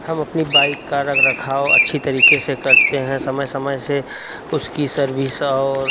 हम अपनी बाइक का रख रखाव अच्छी तरीके से करते हैं समय समय से उसकी सर्विस और